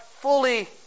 fully